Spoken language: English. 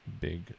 Big